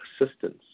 assistance